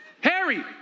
Harry